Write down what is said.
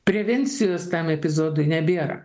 prevencijos tam epizodui nebėra